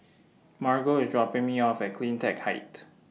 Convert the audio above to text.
Margo IS dropping Me off At CleanTech Height